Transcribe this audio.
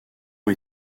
ont